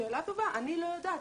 שאלה טובה, אני לא יודעת.